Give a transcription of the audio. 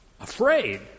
afraid